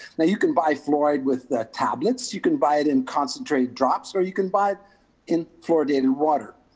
now, you can buy fluoride with the tablets, you can buy it in concentrated drops, or you can buy it in fluoridated water.